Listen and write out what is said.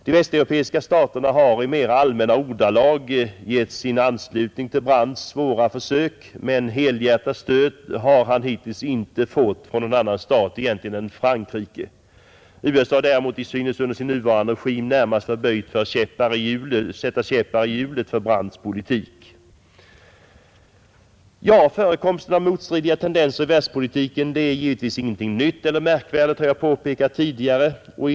De västeuropeiska staterna har i mera allmänna ordalag givit sin anslutning till Brandts svåra försök, men helhjärtat stöd har han hittills inte fått från någon annan stat än Frankrike. USA däremot synes under sin nuvarande regim närmast vara böjt att sätta käppar i hjulet för Brandts politik, Förekomsten av motstridiga tendenser i världspolitiken är givetvis, som jag påpekat tidigare, ingenting vare sig nytt eller märkvärdigt.